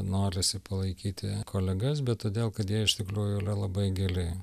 norisi palaikyti kolegas bet todėl kad jie iš tikrųjų yra labai giliai